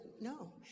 no